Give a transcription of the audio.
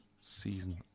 Season